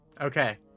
Okay